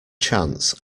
chance